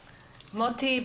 מוטי,